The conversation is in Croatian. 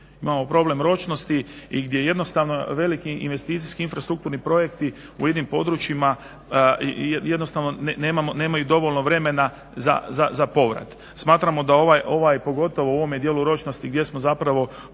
Imamo problem ročnosti gdje jednostavno veliki investicijski infrastrukturni projekti u jednim područjima jednostavno nemaju dovoljno vremena za povrat. Smatramo da ovaj pogotovo u ovom dijelu ročnosti gdje smo zapravo